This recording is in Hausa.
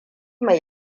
mai